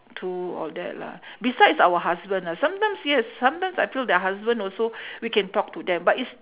to all that lah besides our husband lah sometimes yes sometimes I feel that husband also we can talk to them but is